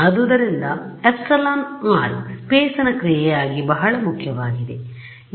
ಆದ್ದರಿಂದ εr space ನ ಕ್ರಿಯೆಯಾಗಿ ಬಹಳ ಮುಖ್ಯವಾಗಿದೆ